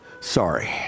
Sorry